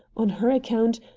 on her account,